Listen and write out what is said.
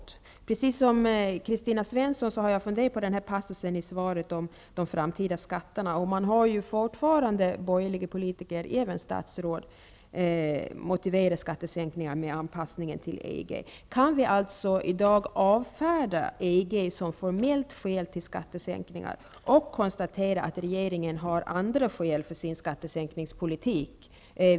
Jag har, precis som Kristina Svensson, funderat på passusen i svaret om de framtida skatterna. Man hör ju fortfarande borgerliga politiker, även statsråd, motivera skattesänkningar med anpassningen till EG. Kan vi i dag avfärda EG som formellt skäl till skattesänkningar och konstatera att regeringen har andra skäl för sin skattesänkningspolitik?